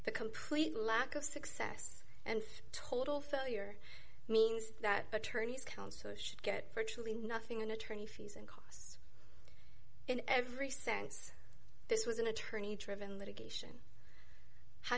the complete lack of success and total failure means that attorneys councillors should get virtually nothing in attorney fees and in every sense this was an attorney driven litigation how